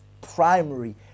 primary